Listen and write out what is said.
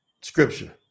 scripture